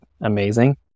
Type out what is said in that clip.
Amazing